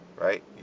Right